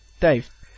Dave